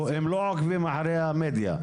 הם לא עוקבים אחרי המדיה.